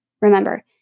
Remember